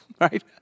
right